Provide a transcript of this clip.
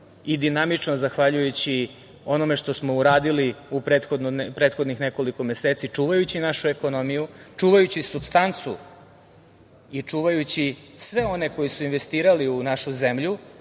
dinamično, zahvaljujući onome što smo uradili u prethodnih nekoliko meseci, čuvajući našu ekonomiju, čuvajući supstancu i čuvajući sve one koji su investirali u našu zemlju,